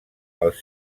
els